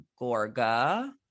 Gorga